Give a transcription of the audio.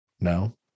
No